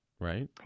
Right